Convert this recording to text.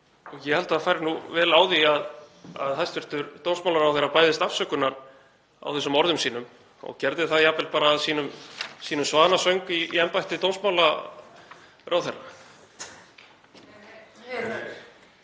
Ég held að það færi vel á því að hæstv. dómsmálaráðherra bæðist afsökunar á þessum orðum sínum og gerði það jafnvel bara að sínum svanasöng í embætti dómsmálaráðherra.